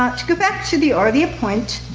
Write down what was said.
to go back to the earlier point,